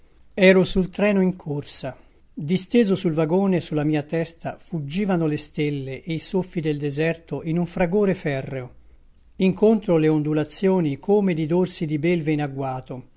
ero sul treno in corsa disteso sul vagone sulla mia testa ruggivano le stelle e i soffi del deserto in un fragore ferreo incontro le ondulazioni come di dorsi di belve in agguato